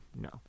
No